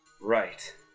right